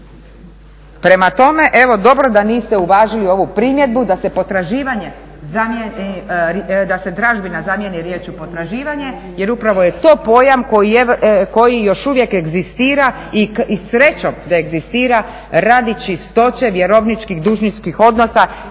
Prema tome, evo dobro da niste uvažili ovu primjedbu da se potraživanje, da se tražbina zamjeni riječju potraživanje jer upravo je to pojam koji još uvijek egzistira i srećom da egzistira radi čistoće vjerovničkih, dužničkih odnosa